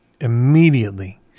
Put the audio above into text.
immediately